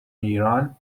ایران